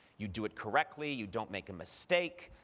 you do it correctly. you don't make a mistake.